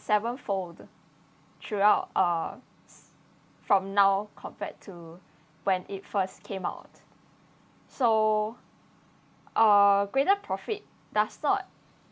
seven fold throughout uh from now compared to when it first came out so uh greater profit does not